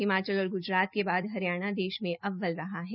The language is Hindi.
हिमाचल और ग्जरात के बाद हरियाणा देश में अव्वल है